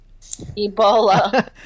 Ebola